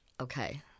Okay